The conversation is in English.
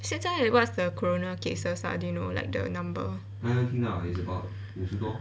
现在 what's the corona cases ah do you know like the number